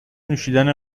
نوشیدن